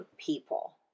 people